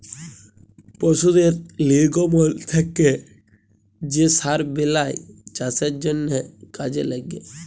পশুদের লির্গমল থ্যাকে যে সার বেলায় চাষের জ্যনহে কাজে ল্যাগে